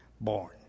born